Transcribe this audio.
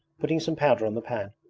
putting some powder on the pan.